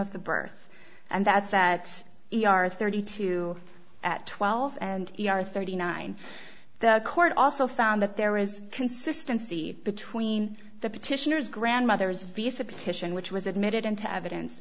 of the birth and that's that we are thirty two at twelve and we are thirty nine the court also found that there is consistency between the petitioners grandmothers vs a petition which was admitted into evidence